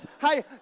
hi